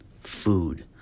food